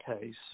case